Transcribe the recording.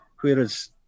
Whereas